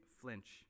flinch